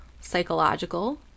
psychological